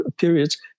periods